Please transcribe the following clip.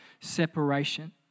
separation